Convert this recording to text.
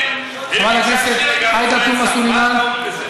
היא ביקשה שאתם תגנו רצח.